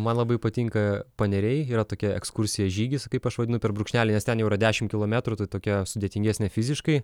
man labai patinka paneriai yra tokia ekskursija žygis kaip aš vadinu per brūkšnelį nes ten yra dešim kilometrų tai tokia sudėtingesnė fiziškai